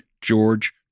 George